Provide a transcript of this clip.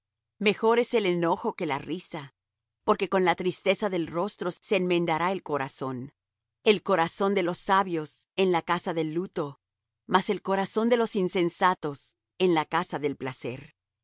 es el enojo que la risa porque con la tristeza del rostro se enmendará el corazón el corazón de los sabios en la casa del luto mas el corazón de los insensatos en la casa del placer